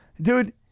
dude